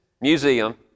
museum